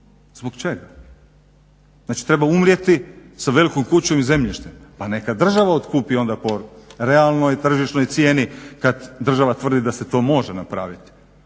Zbog čega? Znači treba umrijeti sa velikom kućom i zemljištem. Pa neka država otkupi onda po realnoj tržišnoj cijeni kad država tvrdi da se to može napraviti.